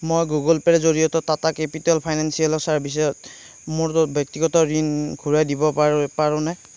মই গুগল পে'ৰ জৰিয়তে টাটা কেপিটেল ফাইনেন্সিয়েল ছাৰ্ভিচেছত মোৰ ব্যক্তিগত ঋণ ঘূৰাই দিব পা পাৰোনে